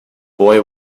boy